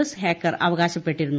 S hacker അവകാശപ്പെട്ടിരുന്നു